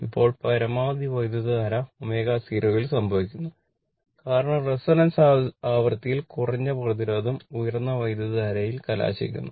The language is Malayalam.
ഇപ്പോൾ പരമാവധി വൈദ്യുതധാര ω0 ൽ സംഭവിക്കുന്നു കാരണം റെസൊണൻസ് ആവൃത്തിയിൽ കുറഞ്ഞ പ്രതിരോധം ഉയർന്ന വൈദ്യുതധാരയിൽ കലാശിക്കുന്നു